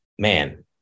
man